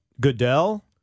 Goodell